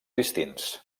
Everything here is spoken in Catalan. distints